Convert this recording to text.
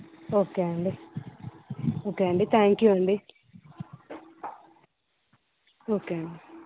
okay అండి okay అండి thank you అండి ఓకే అండి